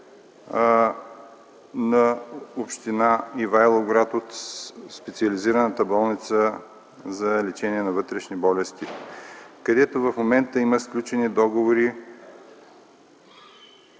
на община Ивайловград от Специализираната болница за лечение на вътрешни болести, където в момента имат сключени договори